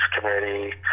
committee